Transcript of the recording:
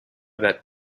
that